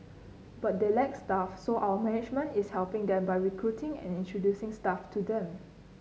but they lack staff so our management is helping them by recruiting and introducing staff to them